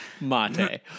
Mate